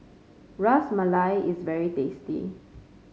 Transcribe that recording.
Ras Malai is very tasty